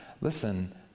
listen